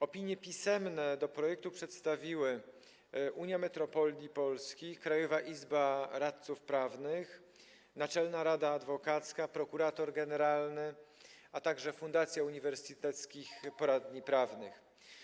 Opinie pisemne do projektu przedstawiły: Unia Metropolii Polskich, Krajowa Izba Radców Prawnych, Naczelna Rada Adwokacka, prokurator generalny, a także Fundacja Uniwersyteckich Poradni Prawnych.